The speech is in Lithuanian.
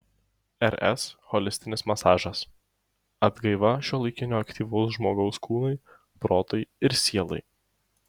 rs holistinis masažas atgaiva šiuolaikinio aktyvaus žmogaus kūnui protui ir sielai